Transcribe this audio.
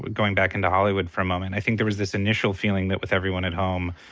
going back into hollywood for a moment, i think there was this initial feeling that, with everyone at home,